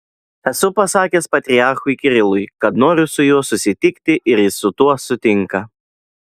esu pasakęs patriarchui kirilui kad noriu su juo susitikti ir jis su tuo sutinka